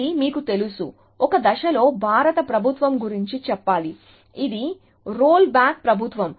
ఇది మీకు తెలుసు ఒక దశలో భారత ప్రభుత్వం గురించి చెప్పాలి ఇది రోల్ బ్యాక్ ప్రభుత్వం